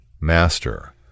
Master